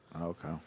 Okay